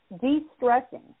de-stressing